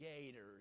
gators